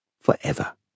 forever